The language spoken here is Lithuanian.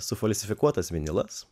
sufalsifikuotas vinilas